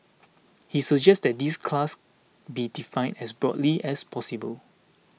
he suggested that this class be defined as broadly as possible